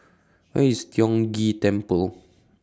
Where IS Tiong Ghee Temple